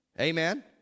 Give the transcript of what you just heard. Amen